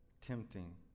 Tempting